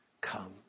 Come